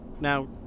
Now